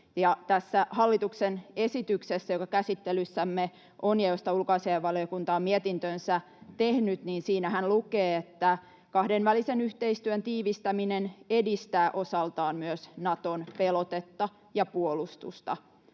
Tässä hallituksen esityksessähän, joka käsittelyssämme on ja josta ulkoasiainvaliokunta on mietintönsä tehnyt, lukee, että kahdenvälisen yhteistyön tiivistäminen edistää osaltaan myös Naton pelotetta ja puolustusta.